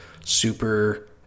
super